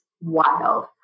Wild